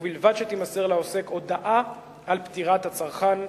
ובלבד שתימסר לעוסק הודעה על פטירת הצרכן.